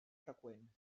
freqüent